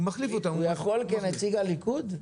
הוא יכול כנציג הליכוד?